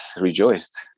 rejoiced